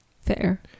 Fair